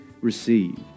received